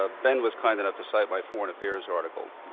ah ben was kind enough to cite my foreign affairs article.